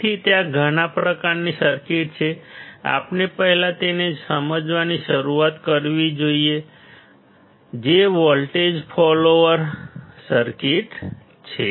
તેથી ત્યાં ઘણા પ્રકારની સર્કિટ છે આપણે પહેલા તેને સમજવાનું શરૂ કરવું જોઈએ જે વોલ્ટેજ ફોલોઅર સર્કિટ છે